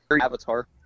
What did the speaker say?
Avatar